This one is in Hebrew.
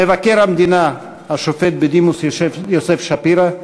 מבקר המדינה השופט בדימוס יוסף שפירא,